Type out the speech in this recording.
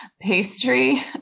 Pastry